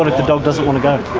ah the dog doesn't want to go?